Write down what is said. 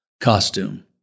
costume